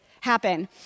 happen